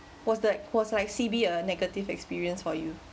was like was like C_B a negative experience for you